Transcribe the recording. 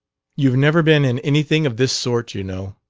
you've never been in anything of this sort, you know,